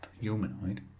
humanoid